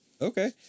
Okay